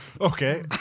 okay